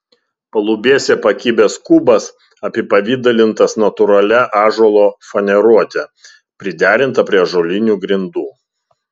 palubėse pakibęs kubas apipavidalintas natūralia ąžuolo faneruote priderinta prie ąžuolinių grindų